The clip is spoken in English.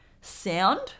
Sound